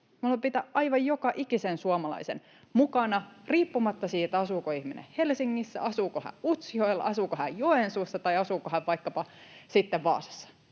Me haluamme pitää aivan joka ikisen suomalaisen mukana riippumatta siitä, asuuko ihminen Helsingissä, asuuko hän Utsjoella, asuuko